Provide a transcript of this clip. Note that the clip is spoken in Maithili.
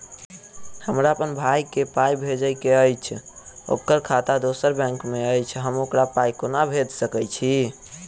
हमरा अप्पन भाई कऽ पाई भेजि कऽ अछि, ओकर खाता दोसर बैंक मे अछि, हम ओकरा पाई कोना भेजि सकय छी?